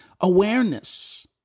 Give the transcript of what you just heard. awareness